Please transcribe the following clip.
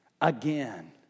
again